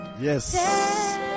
Yes